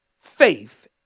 faith